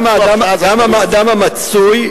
שגם האדם המצוי,